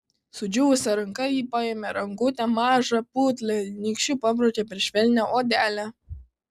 sudžiūvusia ranka ji paėmė rankutę mažą putlią nykščiu pabraukė per švelnią odelę